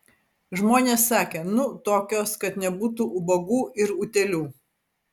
žmonės sakė nu tokios kad nebūtų ubagų ir utėlių